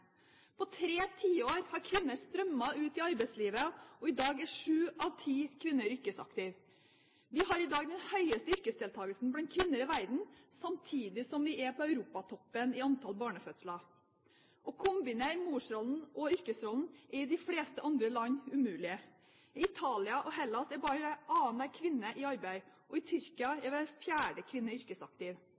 På tre tiår har kvinner strømmet ut i arbeidslivet. I dag er sju av ti kvinner yrkesaktive. Vi har i dag den høyeste yrkesdeltakelse blant kvinner i verden, samtidig som vi er på europatoppen i antall barnefødsler. Å kombinere morsrollen og yrkesrollen er i de fleste andre land umulig. I Italia og Hellas er bare annenhver kvinne i arbeid. I Tyrkia er hver fjerde kvinne yrkesaktiv.